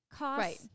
right